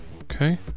Okay